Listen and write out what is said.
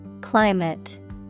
Climate